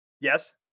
yes